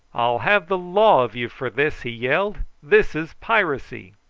i'll have the law of you for this, he yelled. this is piracy.